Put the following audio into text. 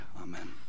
amen